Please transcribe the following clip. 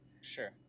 sure